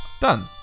Done